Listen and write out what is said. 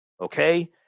Okay